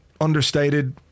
understated